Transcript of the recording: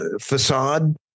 facade